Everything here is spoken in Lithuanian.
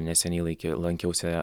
neseniai laikė lankiausi